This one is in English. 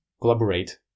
collaborate